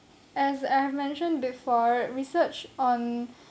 as I've mentioned before research on